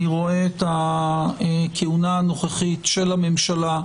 אני רואה את הכהונה הנוכחית של הממשלה,